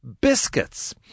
biscuits